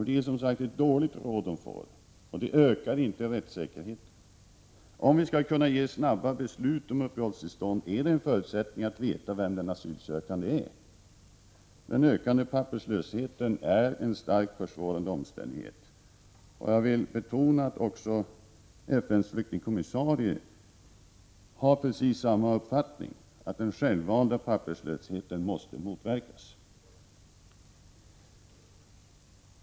Det är som sagt ett dåligt råd de får, och det ökar inte rättssäkerheten. Om vi skall kunna fatta snabba beslut om uppehållstillstånd är det en förutsättning att vi vet vem den asylsökande är. Den ökande papperslösheten är en starkt försvårande omständighet. Jag vill också betona att FN:s flyktingkommissarie har precis samma uppfattning, att den självvalda papperslösheten måste motverkas.